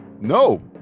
No